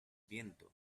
viento